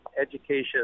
education